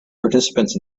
participants